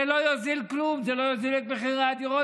זה לא יוזיל כלום, זה לא יוריד את מחירי הדירות.